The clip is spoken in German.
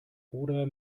oder